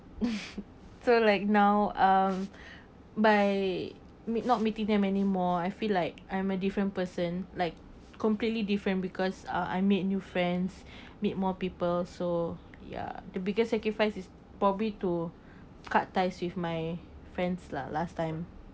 so like now um by meet not meeting them anymore I feel like I'm a different person like completely different because uh I meet new friends meet more people so ya the biggest sacrifice is probably to cut ties with my friends lah last time